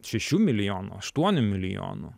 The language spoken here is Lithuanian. šešių milijonų aštuonių milijonų